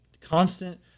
constant